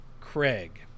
Craig